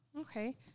Okay